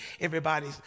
everybody's